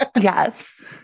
Yes